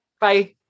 Bye